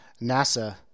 NASA